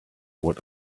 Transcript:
what